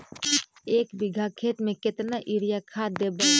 एक बिघा खेत में केतना युरिया खाद देवै?